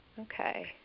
Okay